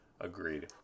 Agreed